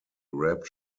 rap